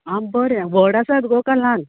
आं बरें व्हड आसात काय ल्हान